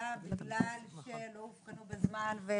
יש ילדים שנולדים עם לקות ראייה גדולה כי לא אובחנו בזמן ובהיריון.